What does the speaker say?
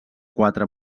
quatre